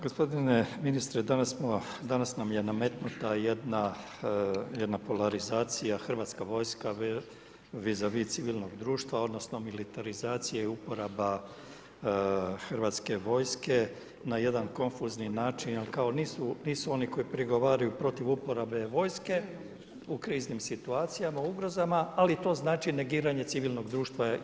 Gospodine ministre, danas nam je nametnuta jedna polarizacija, Hrvatska vojska vis a vis civilnog društva odnosno militarizacija i uporaba Hrvatske vojske na jedan konfuzni način jer nisu oni koji prigovaraju protiv uporabe vojske u kriznim situacijama, ugrozama, ali to znači negiranje civilnog društva i